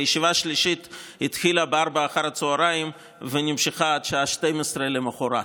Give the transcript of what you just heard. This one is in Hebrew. והישיבה שלישית התחילה ב-16:00 ונמשכה עד השעה 12:00 למוחרת.